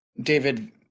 David